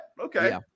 Okay